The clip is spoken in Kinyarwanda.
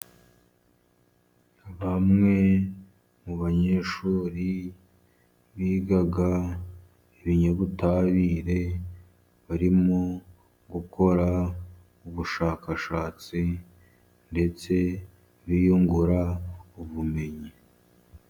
Bamwe mu banyeshuri biga ibinyabutabire, barimo gukora ubushakashatsi, ndetse biyungura ubumenyi.